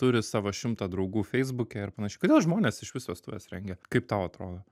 turi savo šimtą draugų feisbuke ir panašiai kodėl žmonės iš vis vestuves rengia kaip tau atrodo